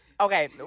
Okay